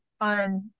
on